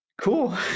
Cool